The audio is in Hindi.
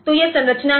तो यह संरचना है